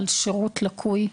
על שירות לקוי.